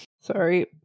sorry